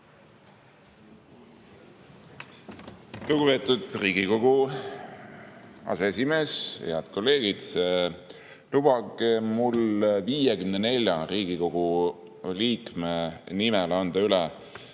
Lugupeetud Riigikogu aseesimees! Head kolleegid! Lubage mul 54 Riigikogu liikme nimel anda üle